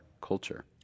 culture